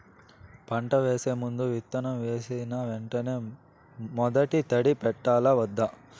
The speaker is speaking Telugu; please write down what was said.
పంట వేసే ముందు, విత్తనం వేసిన వెంటనే మొదటి తడి పెట్టాలా వద్దా?